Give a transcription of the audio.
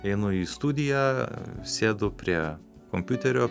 einu į studiją sėdu prie kompiuterio